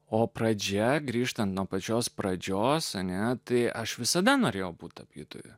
o pradžia grįžtant nuo pačios pradžios net aš visada norėjau būti tapytoja